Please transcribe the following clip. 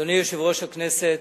אדוני יושב-ראש הכנסת,